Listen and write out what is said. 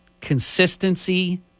Consistency